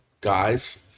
guys